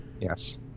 Yes